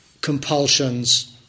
compulsions